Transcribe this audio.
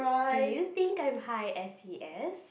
do you think I'm high S_E_S